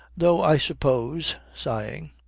though i suppose sighing,